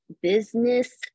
business